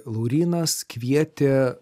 laurynas kvietė